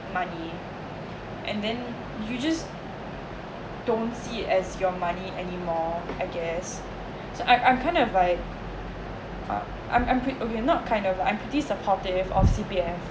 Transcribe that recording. money and then you just don't see as your money anymore I guess so I'm I'm kind of like uh I'm I'm okay okay not kind of uh I'm pretty supportive of C_P_F